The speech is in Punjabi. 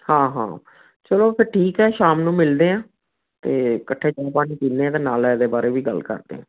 ਹਾਂ ਹਾਂ ਚਲੋ ਫਿਰ ਠੀਕ ਹੈ ਸ਼ਾਮ ਨੂੰ ਮਿਲਦੇ ਹਾਂ ਅਤੇ ਇਕੱਠੇ ਚਾਹ ਪਾਣੀ ਪੀਨੇ ਹਾਂ ਅਤੇ ਨਾਲ ਇਹਦੇ ਬਾਰੇ ਵੀ ਗੱਲ ਕਰਦੇ ਹਾਂ